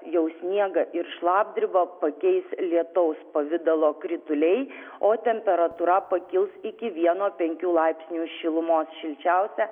jau sniegą ir šlapdribą pakeis lietaus pavidalo krituliai o temperatūra pakils iki vieno penkių laipsnių šilumos šilčiausia